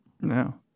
No